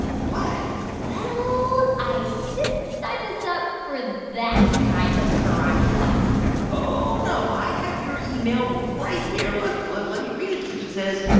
what? well, i didn't sign us up for that kind of karate class oh, no, i have your email right here. look. let let me read it to you. it says,